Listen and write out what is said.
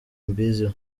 mbiziho